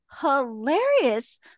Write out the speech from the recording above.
hilarious